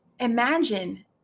Imagine